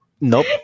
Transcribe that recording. Nope